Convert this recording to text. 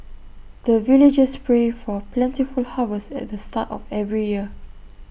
the villagers pray for plentiful harvest at the start of every year